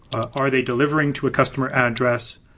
are they delivering to a customer address?